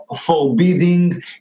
forbidding